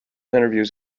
interviews